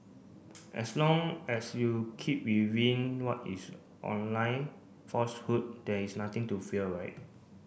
as long as you keep within what is online falsehood there is nothing to fear right